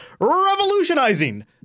revolutionizing